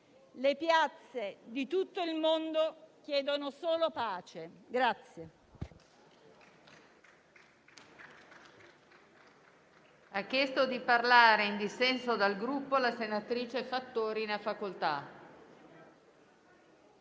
Le piazze di tutto il mondo chiedono solo pace.